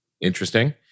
interesting